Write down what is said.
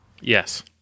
Yes